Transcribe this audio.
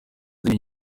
zindi